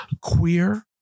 queer